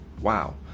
Wow